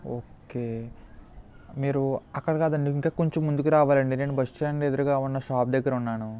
okay మీరు అక్కడ కాదండి ఇంకా కొంచెం ముందుకు రావాలండి నేను బస్టాండ్ ఎదురుగా ఉన్న షాప్ దగ్గర ఉన్నాను